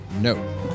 No